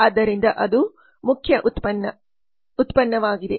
ಆದ್ದರಿಂದ ಅದು ಮುಖ್ಯ ಉತ್ಪನ್ನ ಮುಖ್ಯ ಉತ್ಪನ್ನವಾಗಿದೆ